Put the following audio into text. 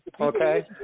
Okay